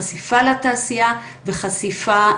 חשיפה לתעשייה וחשיפה